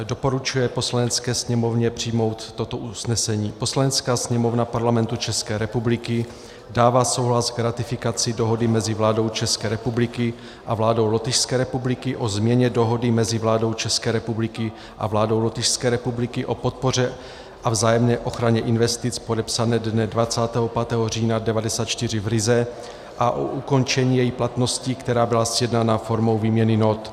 Doporučuje Poslanecké sněmovně přijmout toto usnesení: Poslanecká sněmovna Parlamentu České republiky dává souhlas k ratifikaci Dohody mezi vládou České republiky a vládou Lotyšské republiky o změně Dohody mezi vládou České republiky a vládou Lotyšské republiky o podpoře a vzájemné ochraně investic, podepsané dne 25. října 1994 v Rize, a o ukončení její platnosti, která byla sjednána formou výměny nót;